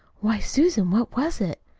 why, susan, what was it?